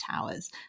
towers